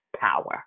power